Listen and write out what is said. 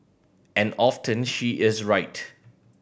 and often she is right